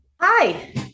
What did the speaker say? Hi